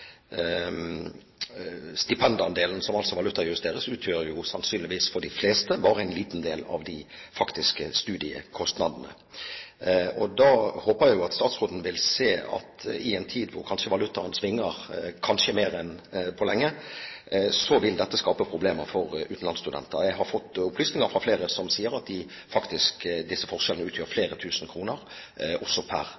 stipendandelen, som altså valutajusteres, utgjør sannsynligvis for de fleste bare en liten del av de faktiske studiekostnadene. Jeg håper at statsråden vil se at i en tid da valutaen svinger kanskje mer enn på lenge, vil dette skape problemer for utenlandsstudenter. Jeg har fått opplysninger fra flere som sier at disse forskjellene faktisk utgjør